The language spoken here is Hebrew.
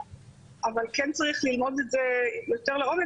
אבל כן צריך ללמוד את זה ליותר לעומק